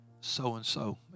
so-and-so